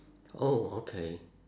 oh okay